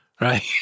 right